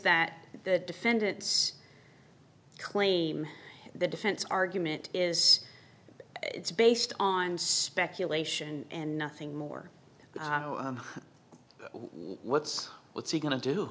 that the defendant's claim the defense argument is it's based on speculation and nothing more what's what's he go